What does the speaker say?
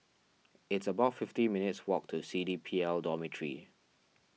it's about fifty minutes' walk to C D P L Dormitory